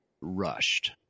rushed